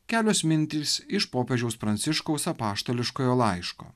kelios mintys iš popiežiaus pranciškaus apaštališkojo laiško